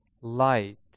light